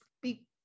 speak